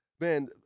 man